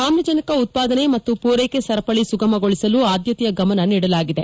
ಆಮ್ಲಜನಕ ಉತ್ಪಾದನೆ ಮತ್ತು ಪೂರೈಕೆ ಸರಪಳಿ ಸುಗಮಗೊಳಿಸಲು ಆದ್ಯತೆಯ ಗಮನ ನೀಡಲಾಗಿದೆ